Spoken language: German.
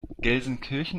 gelsenkirchen